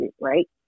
right